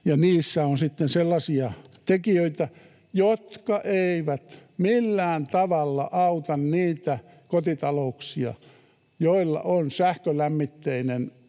on sitten sellaisia tekijöitä, jotka eivät millään tavalla auta niitä kotitalouksia, joilla on sähkölämmitteinen